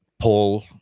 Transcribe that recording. Paul